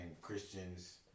Christians